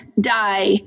die